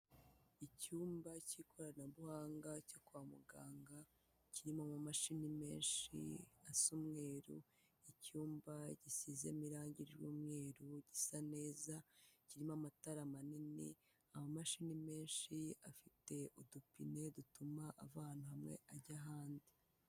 Icyumba k'ikoranabuhanga cyo kwa muganga, kirimo amamashini menshi asa umweru, icyumba gisizemo irangi ry'umweru gisa neza, kirimo amatara manini, amamashini menshi afite udupine dutuma avana hamwe ajya ahandi.